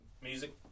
music